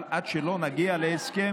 אבל עד שלא נגיע להסכם,